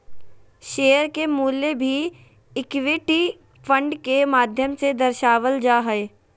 share के मूल्य भी इक्विटी फंड के माध्यम से दर्शावल जा हय